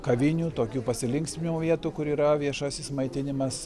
kavinių tokių pasilinksminimo vietų kur yra viešasis maitinimas